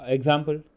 Example